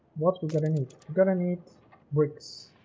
what we're gonna need gonna need bricks